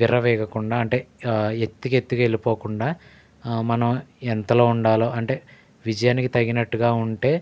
విర్రవీగకుండా అంటే ఎత్తు ఎత్తుకెళ్ళిపోకుండా మనం ఎంతలో ఉండాలో అంటే విజయానికి తగినట్టుగా ఉంటే